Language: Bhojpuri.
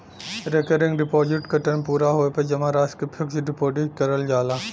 रेकरिंग डिपाजिट क टर्म पूरा होये पे जमा राशि क फिक्स्ड डिपाजिट करल जाला